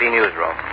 Newsroom